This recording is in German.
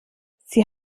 sie